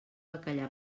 bacallà